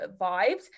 vibes